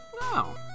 No